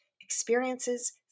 experiences